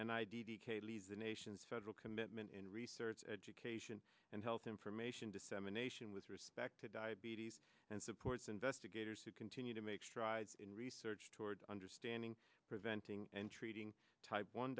and i d d cayley's a nation's federal commitment in research education and health information dissemination with respect to diabetes and supports investigators who continue to make strides in research towards understanding preventing and treating type one